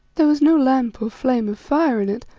there was no lamp or flame of fire in it,